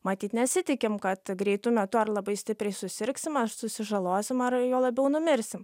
matyt nesitikim kad greitu metu ar labai stipriai susirgsim ar susižalosim ar juo labiau numirsim